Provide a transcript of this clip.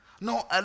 No